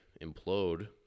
implode